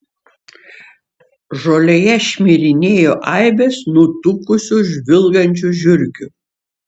žolėje šmirinėjo aibės nutukusių žvilgančių žiurkių